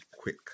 quick